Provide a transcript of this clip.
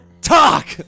talk